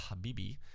Habibi